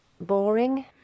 boring